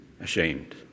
ashamed